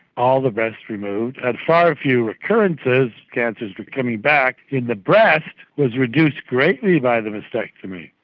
all the breast removed, had far fewer recurrences, cancers coming back in the breast was reduced greatly by the mastectomy,